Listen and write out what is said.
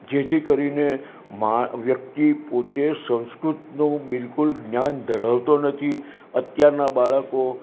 જેથી કરી ને વ્યક્તિ પોતે સંસ્કૃતનું બિલકુલ જ્ઞાન ધરાવતો નથી અત્યારનાં બાળકો